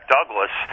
Douglas